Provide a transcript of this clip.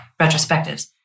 retrospectives